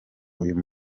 uyu